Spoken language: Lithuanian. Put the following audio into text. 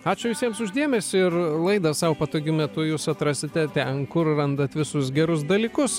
ačiū visiems už dėmesį ir laidą sau patogiu metu jūs atrasite ten kur randat visus gerus dalykus